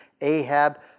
Ahab